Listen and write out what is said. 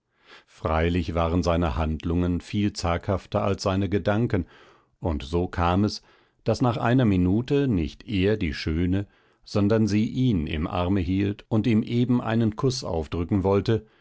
freilich waren seine handlungen viel zaghafter als seine gedanken und so kam es daß nach einer minute nicht er die schöne sondern sie ihn im arme hielt und ihm eben einen kuß aufdrücken wollte